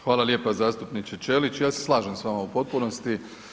Hvala lijepo zastupniče Ćelić, ja se slažem s vama u potpunosti.